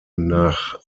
nach